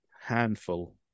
handful